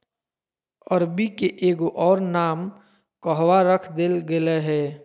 अरबी के एगो और नाम कहवा रख देल गेलय हें